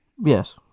Yes